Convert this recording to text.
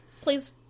Please